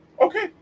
Okay